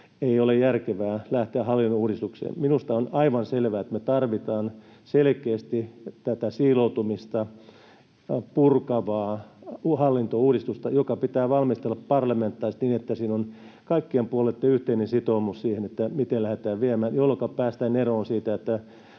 ei ole järkevää lähteä hallinnonuudistukseen. Minusta on aivan selvää, että me tarvitaan selkeästi tätä siiloutumista, purkavaa hallintouudistusta, joka pitää valmistella parlamentaarisesti niin, että siinä on kaikkien puolueitten yhteinen sitoumus siihen, miten lähdetään viemään, jolloinka päästään eroon siitä,